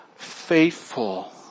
Faithful